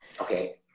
Okay